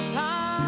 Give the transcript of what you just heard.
time